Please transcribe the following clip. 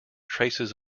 traces